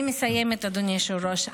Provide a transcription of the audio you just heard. אני מסיימת, אדוני היושב-ראש.